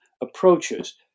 approaches